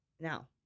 Now